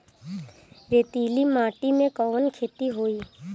रेतीली माटी में कवन खेती होई?